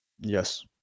Yes